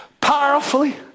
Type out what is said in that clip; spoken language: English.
powerfully